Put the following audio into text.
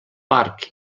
parc